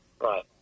Right